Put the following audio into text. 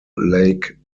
lake